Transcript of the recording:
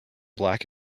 black